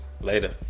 Later